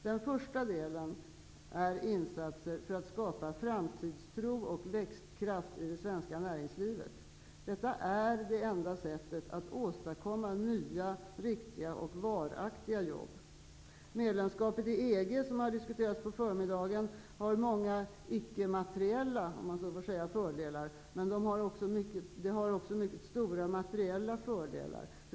Den första delen är insatser för att skapa framtidstro och växtkraft i det svenska näringslivet. Detta är det enda sättet att åstadkomma nya riktiga och varaktiga jobb. Medlemskapet i EG, som har diskuterats på förmiddagen, har många ickemateriella fördelar, men det har också mycket stora materiella fördelar.